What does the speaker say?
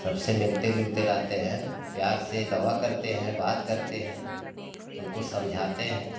सबसे मिलते जुलते रहते हैं प्यार से दवा करते हैं बात करते हैं उनको समझाते हैं